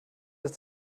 ist